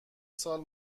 سال